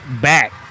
back